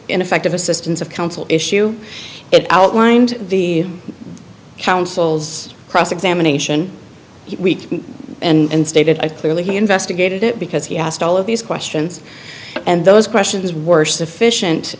ineffective assistance of counsel issue it outlined the counsel's cross examination and stated i clearly investigated it because he asked all of these questions and those questions worst efficient